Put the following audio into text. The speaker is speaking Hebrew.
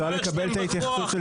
אפשר לקבל את ההתייחסות של